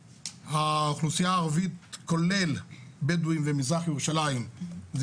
האוכלוסייה הערבית כולל בדואים ומזרח ירושלים זה